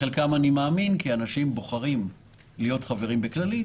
וחלקם אני מאמין כי אנשים בוחרים להיות חברים בכללית,